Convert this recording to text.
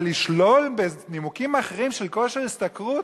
אבל לשלול בנימוקים אחרים של כושר השתכרות,